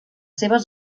seves